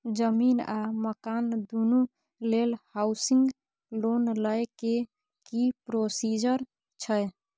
जमीन आ मकान दुनू लेल हॉउसिंग लोन लै के की प्रोसीजर छै?